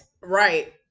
Right